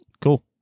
Cool